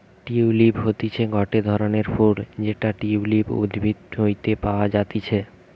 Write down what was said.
tulip হতিছে গটে ধরণের ফুল যেটা টিউলিপ উদ্ভিদ হইতে পাওয়া যাতিছে